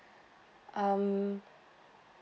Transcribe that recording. um